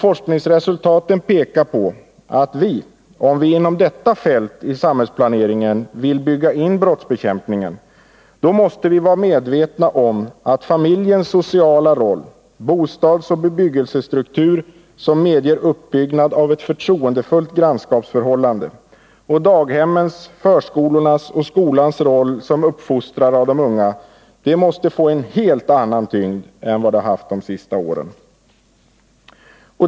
Forskningsresultaten pekar på att om vi inom detta fält i samhällsplaneringen vill bygga in brottsbekämpningen, så måste vi vara medvetna om att familjens sociala roll, bostadsoch bebyggelsestruktur som medger uppbyggnad av ett förtroendefullt grannskapsförhållande samt daghemmens, förskolornas och skolans roll som uppfostrare av de unga måste få en helt annan tyngd än vad de haft under de senaste åren.